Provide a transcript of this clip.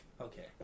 Okay